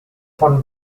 von